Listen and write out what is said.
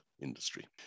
industry